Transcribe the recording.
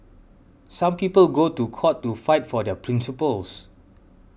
some people go to court to fight for their principles